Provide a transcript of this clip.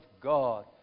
God